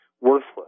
worthless